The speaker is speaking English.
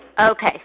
Okay